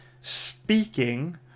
speaking